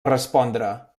respondre